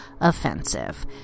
offensive